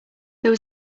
there